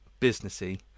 businessy